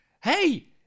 hey